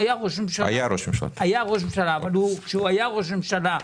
היה ראש ממשלה אבל כשהוא היה ראש ממשלה,